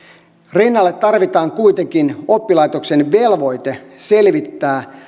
rinnalle tarvitaan kuitenkin oppilaitoksen velvoite selvittää